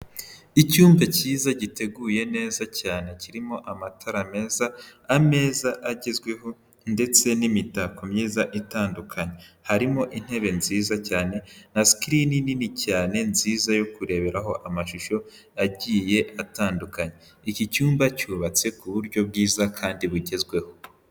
Icyumba cyiza giteguye neza cyane kirimo amatara meza, ameza agezweho ndetse n'imitako myiza itandukanye, harimo intebe nziza cyane na sikirini nini cyane nziza yo kureberaho amashusho agiye atandukanye, iki cyumba cyubatse ku buryo bwiza kandi bugezweho.